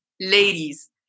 ladies